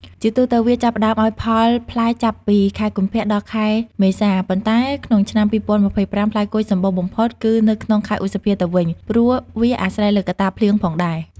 ជាទូទៅវាចាប់ផ្តើមឲ្យផលផ្លែចាប់ពី ខែកុម្ភៈទៅដល់ខែមេសា ប៉ុន្តែក្នុងឆ្នាំ២០២៥ ផ្លែគុយសម្បូរបំផុតគឺនៅក្នុងខែឧសភាទៅវិញ ព្រោះវាអាស្រ័យលើកត្តាភ្លៀងផងដែរ។